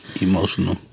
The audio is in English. Emotional